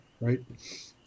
right